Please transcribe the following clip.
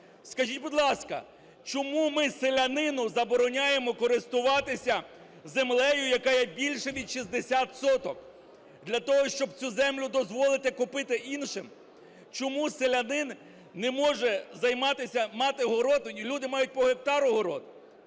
Скажіть, будь ласка, чому ми селянину забороняємо користуватися землею, яка є більше від 60 соток? Для того, щоб цю землю дозволити купити іншим? Чому селянин не може займатися… мати город, люди мають по гектару город.